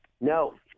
No